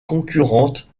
concurrente